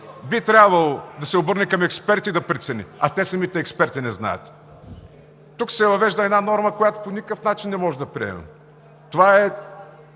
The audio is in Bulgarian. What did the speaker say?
би трябвало да се обърне към експерти и да прецени, а самите експерти не знаят. Тук се въвежда една норма, която по никакъв начин не може да приемем, това е